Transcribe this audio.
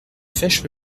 fesches